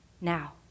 now